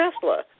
Tesla